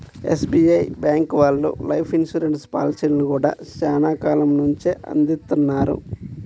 SBI bank వాళ్ళు life insurance పాలసీలను గూడా చానా కాలం నుంచే అందిత్తన్నారు